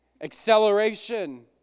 Acceleration